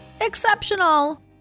Exceptional